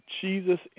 Jesus